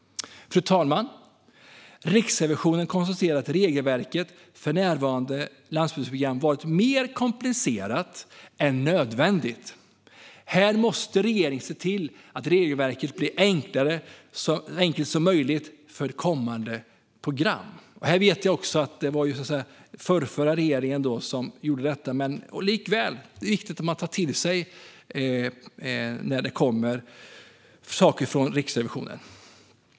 Fru talman! Riksrevisionen konstaterar att regelverket för nuvarande landsbygdsprogram varit mer komplicerat än nödvändigt. Regeringen måste se till att regelverket blir så enkelt som möjligt i kommande program. Jag vet att det var den förrförra regeringen som gjorde detta, men likväl är det viktigt att man tar till sig synpunkter från Riksrevisionen.